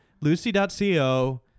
Lucy.co